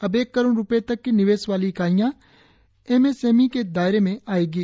अब एक करोड रूपए तक की निवेश वाली इकाइयां अब एमएसएमई के दायरे में आएंगी